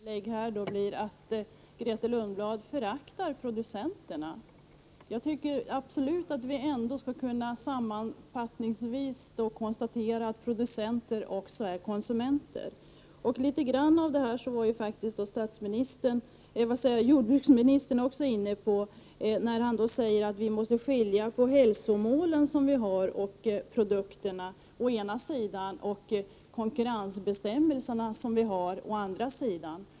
Herr talman! Slutkontentan av Grethe Lundblads inlägg blir att Grethe Lundblad föraktar producenterna. Jag tycker absolut att vi sammanfattningsvis skall kunna konstatera att producenter också är konsumenter. Litet av detta var jordbruksministern också inne på när han sade att vi måste skilja på de hälsomål som vi har å ena sidan och konkurrensbestämmelserna som vi har å andra sidan.